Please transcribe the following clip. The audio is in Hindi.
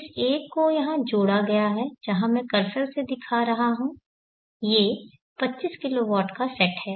जिस एक को यहाँ जोड़ा गया है जहां मैं कर्सर दिखा रहा हूं ये 25 kW का सेट हैं